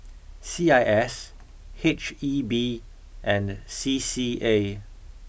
C I S H E B and C C A